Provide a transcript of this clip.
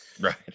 right